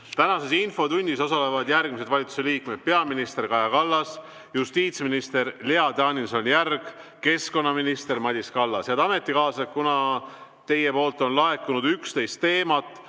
Tänases infotunnis osalevad järgmised valitsuse liikmed: peaminister Kaja Kallas, justiitsminister Lea Danilson-Järg, keskkonnaminister Madis Kallas. Head ametikaaslased, kuna teilt on laekunud 11 teemat,